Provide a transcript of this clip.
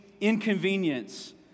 inconvenience